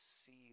see